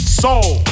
soul